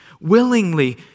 Willingly